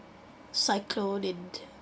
cyclone in